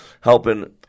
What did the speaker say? helping